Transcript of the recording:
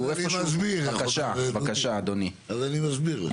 אז אני מסביר.